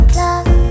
love